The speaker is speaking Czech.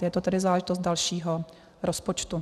Je to tedy záležitost dalšího rozpočtu.